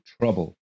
trouble